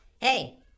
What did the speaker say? Hey